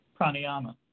pranayama